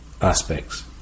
aspects